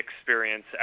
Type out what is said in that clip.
experience